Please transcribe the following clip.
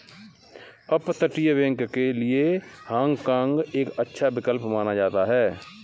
अपतटीय बैंक के लिए हाँग काँग एक अच्छा विकल्प माना जाता है